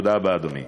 תודה רבה, אדוני.